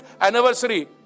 anniversary